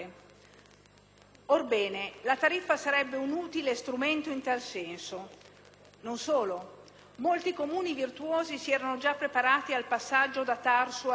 Orbene, la tariffa sarebbe un utile strumento in tal senso; non solo, molti Comuni virtuosi si erano già preparati al passaggio da TARSU a TIA,